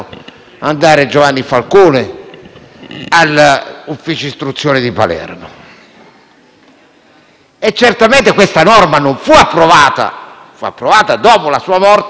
all'ufficio istruzione di Palermo. Certamente questa norma fu approvata dopo la sua morte, ma lui l'aveva scritta.